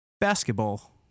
basketball